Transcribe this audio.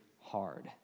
hard